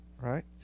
right